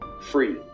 free